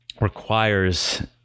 requires